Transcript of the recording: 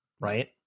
Right